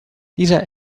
dieser